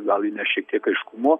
gal įneš šiek tiek aiškumo